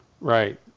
Right